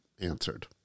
answered